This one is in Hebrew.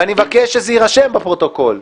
ואני מבקש שזה יירשם בפרוטוקול: